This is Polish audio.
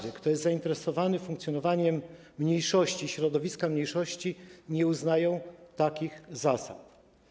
Nikt, kto jest zainteresowany funkcjonowaniem mniejszości, środowiska mniejszości nie uznają takich zasad.